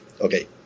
okay